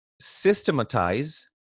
systematize